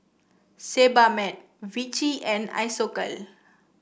Sebamed Vichy and Isocal